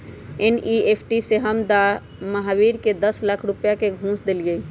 NEFT से हम महावीर के दस लाख रुपए का घुस देलीअई